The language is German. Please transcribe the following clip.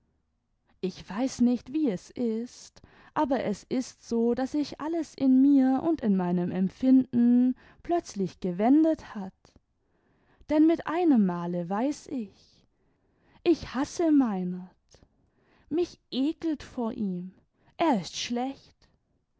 ich weiß nicht wie es ist aber es ist so daß sich alles in mir und in meinem empfinden plötzlich gewendet hat denn mit einem male weiß ich ich hasse meinert mich ekelt vor ihm er ist schlecht